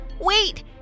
Wait